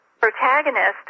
protagonist